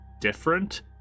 different